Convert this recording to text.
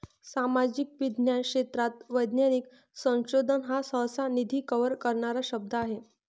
सामाजिक विज्ञान क्षेत्रात वैज्ञानिक संशोधन हा सहसा, निधी कव्हर करणारा शब्द आहे